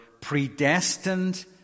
predestined